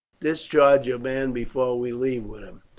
discharge your man before we leave with him,